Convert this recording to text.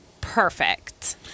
perfect